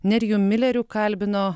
nerijų milerių kalbino